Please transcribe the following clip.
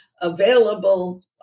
available